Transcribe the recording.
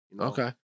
Okay